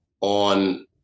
on